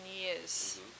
years